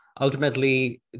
ultimately